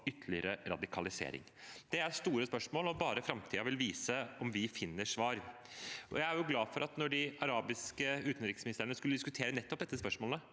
ytterligere radikalisering? Det er store spørsmål, og bare framtiden vil vise om vi finner svar. Jeg er glad for at da de arabiske utenriksministrene skulle diskutere nettopp disse spørsmålene,